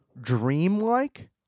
Dreamlike